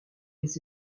les